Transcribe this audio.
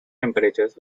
temperatures